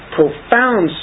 profound